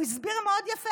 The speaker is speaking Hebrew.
הוא הסביר מאוד יפה,